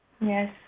Yes